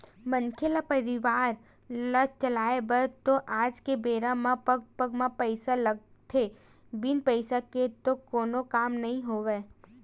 मनखे ल परवार ल चलाय बर तो आज के बेरा म पग पग म पइसा लगथे बिन पइसा के तो कोनो काम नइ होवय